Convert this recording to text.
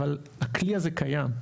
אבל הכלי הזה קיים,